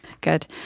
Good